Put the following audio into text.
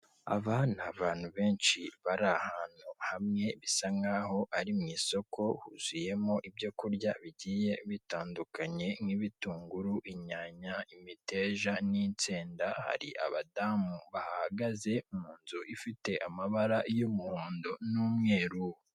Aba ni abantu benshi bari ahantu hamwe bisa nk'aho ari mu isoko huzuyemo ibyo kurya bigiye bitandukanye nk'ibitunguru, inyanya, imiteja, n'insenda, hari abadamu bahahagaze mu nzu ifite amabara y'umuhondo n'umweru.